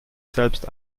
selbst